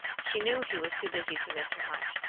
she knew he was too busy to miss her much,